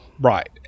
Right